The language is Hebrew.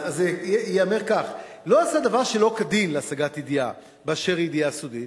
אז ייאמר כך: לא עשה דבר שלא כדין להשגת ידיעה באשר היא ידיעה סודית,